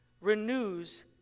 renews